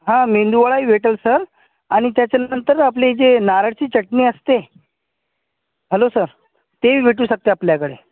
हां मेंदू वडाही भेटेल सर आणि त्याच्यानंतर आपली जे नारळची चटणी असते हॅलो सर तेही भेटू शकते आपल्याकडे